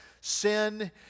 sin